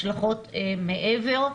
השלכות מעבר.